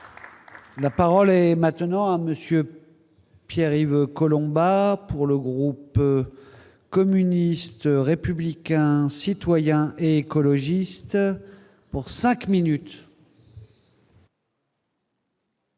La parole est maintenant à monsieur Pierre Yves Collombat pour le groupe communiste, républicain, citoyen écologiste pour 5 minutes.